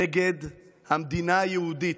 נגד המדינה היהודית,